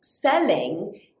Selling